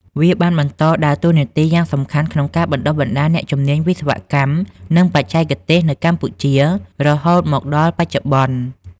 វាបានបន្តដើរតួនាទីយ៉ាងសំខាន់ក្នុងការបណ្តុះបណ្តាលអ្នកជំនាញវិស្វកម្ម និងបច្ចេកទេសនៅកម្ពុជា រហូតមកដល់បច្ចុប្បន្ន។